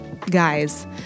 guys